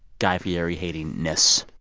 guy fieri hating-ness?